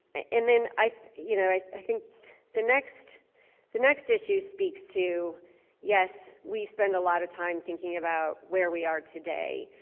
and i you know i think the next the next issue speaks to yes we spent a lot of time thinking about where we are today.